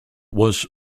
was